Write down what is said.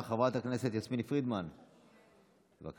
חברת הכנסת יסמין פרידמן, בבקשה.